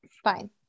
Fine